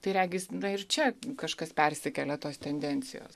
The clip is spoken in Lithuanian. tai regis ir čia kažkas persikelia tos tendencijos